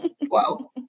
wow